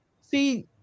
see